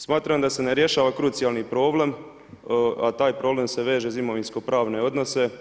Smatram da se ne rješava krucijalni problem, a taj problem se veže uz imovinsko-pravne odnose.